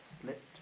slipped